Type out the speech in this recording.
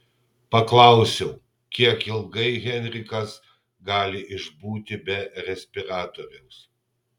paklausiau kiek ilgai henrikas gali išbūti be respiratoriaus